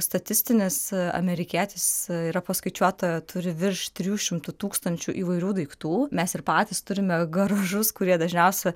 statistinis amerikietis yra paskaičiuota turi virš trijų šimtų tūkstančių įvairių daiktų mes ir patys turime garažus kurie dažniausia